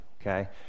okay